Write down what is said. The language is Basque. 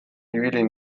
ibili